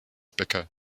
becker